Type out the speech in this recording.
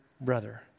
brother